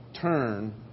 turn